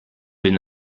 been